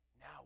Now